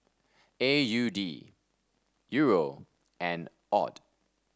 A U D Euro and AUD